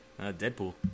Deadpool